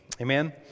Amen